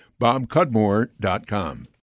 bobcudmore.com